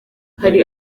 hari